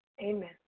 Amen